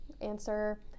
answer